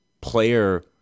player